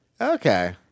Okay